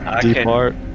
depart